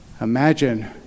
Imagine